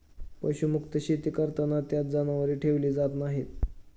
पशुमुक्त शेती करताना त्यात जनावरे ठेवली जात नाहीत